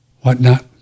whatnot